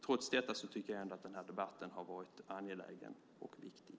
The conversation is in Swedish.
Trots detta tycker jag ändå att den här debatten har varit angelägen och viktig.